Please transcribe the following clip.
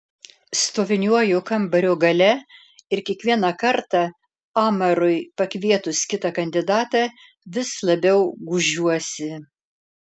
stoviniuoju kambario gale ir kiekvieną kartą amarui pakvietus kitą kandidatą vis labiau gūžiuosi